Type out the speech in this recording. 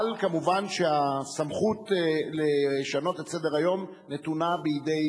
אבל מובן שהסמכות לשנות את סדר-היום נתונה בידי